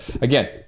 Again